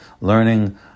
learning